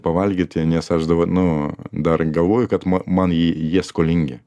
pavalgyti nes aš dar vat nu dar galvoju kad man man jį jie skolingi